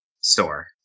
Store